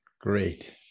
Great